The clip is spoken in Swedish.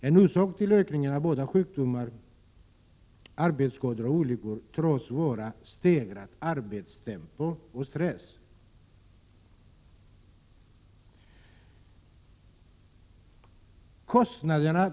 En orsak till denna ökning av sjukdomsfall, arbetsskador och olyckor tros vara stegrat arbetstempo och tilltagande stress.